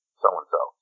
so-and-so